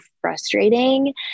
frustrating